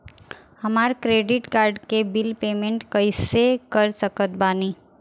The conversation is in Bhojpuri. हमार क्रेडिट कार्ड के बिल पेमेंट कइसे कर सकत बानी?